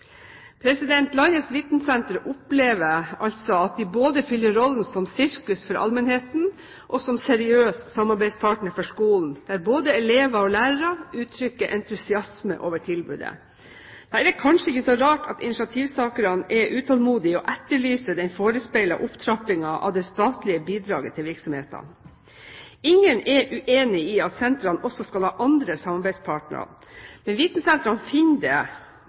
Landets vitensentre opplever altså at de fyller rollen både som sirkus for allmennheten og som seriøs samarbeidspartner for skolen, der både elever og lærere uttrykker entusiasme over tilbudet. Da er det kanskje ikke så rart at initiativtakerne er utålmodige og etterlyser den forespeilte opptrappingen av det statlige bidraget til virksomhetene. Ingen er uenig i at sentrene også skal ha andre samarbeidspartnere, men vitensentrene finner det